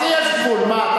מה זה יש גבול, מה?